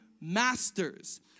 masters